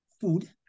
food